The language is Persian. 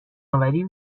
آوری